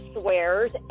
swears